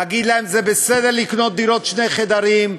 להגיד להן: זה בסדר לקנות דירות שני חדרים,